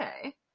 Okay